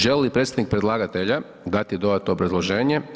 Želi li predstavnik predlagatelja dati dodatno obrazloženje?